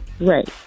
Right